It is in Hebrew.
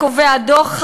קובע הדוח,